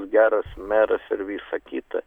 geras meras ir visa kita